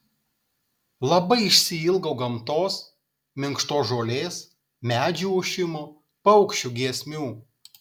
labai išsiilgau gamtos minkštos žolės medžių ošimo paukščių giesmių